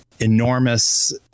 enormous